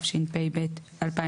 התשפ"ב-2021."